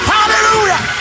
Hallelujah